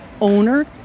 owner